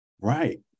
right